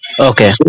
Okay